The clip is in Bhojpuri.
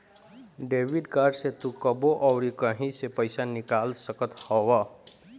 डेबिट कार्ड से तू कबो अउरी कहीं से पईसा निकाल सकत हवअ